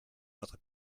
notre